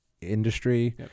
industry